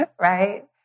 right